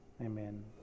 amen